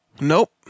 Nope